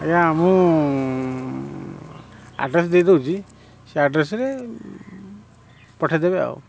ଆଂଜ୍ଞା ମୁଁ ଆଡ୍ରେସ୍ ଦେଇ ଦେଉଛି ସେ ଆଡ୍ରେସ୍ରେ ପଠାଇଦେବେ ଆଉ